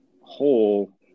whole